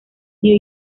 new